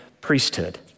priesthood